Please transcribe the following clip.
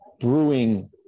Brewing